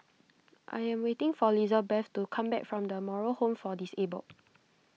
I am waiting for Lizabeth to come back from the Moral Home for Disabled